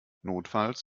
notfalls